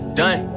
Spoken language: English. done